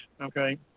okay